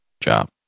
job